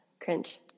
Cringe